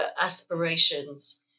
aspirations